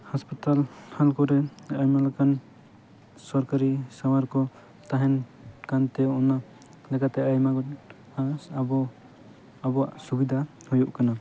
ᱦᱟᱥᱯᱟᱛᱟᱞ ᱠᱚᱨᱮ ᱟᱭᱢᱟ ᱞᱮᱠᱟᱱ ᱥᱚᱨᱠᱟᱨᱤ ᱥᱟᱶᱟᱨ ᱠᱚ ᱛᱟᱦᱮᱱ ᱠᱟᱱᱛᱮ ᱚᱱᱟ ᱞᱮᱠᱟ ᱛᱮ ᱟᱭᱢᱟ ᱟᱵᱚ ᱟᱵᱚᱣᱟᱜ ᱥᱩᱵᱤᱫᱟ ᱦᱩᱭᱩᱜ ᱠᱟᱱᱟ